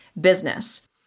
business